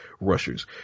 rushers